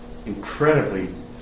Incredibly